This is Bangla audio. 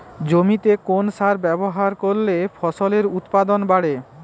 জমিতে কোন সার ব্যবহার করলে ফসলের উৎপাদন বাড়ে?